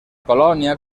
colònia